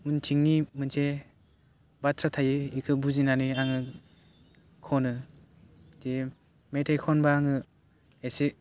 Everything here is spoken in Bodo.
उनथिंनि मोनसे बाथ्रा थायो बेखौ बुजिनानै आङो खनो बिदि मेथाइ खनबा आङो एसे